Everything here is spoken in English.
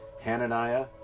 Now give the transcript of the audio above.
Hananiah